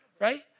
right